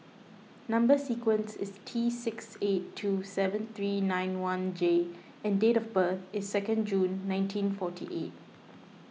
Number Sequence is T six eight two seven three nine one J and date of birth is second June nineteen forty eight